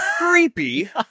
creepy